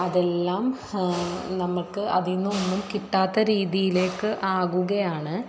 അതെല്ലാം നമുക്ക് അതിൽ നിന്ന് ഒന്നും കിട്ടാത്ത രീതിയിലേക്ക് ആകുകയാണ്